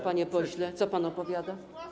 Panie pośle, co pan opowiada?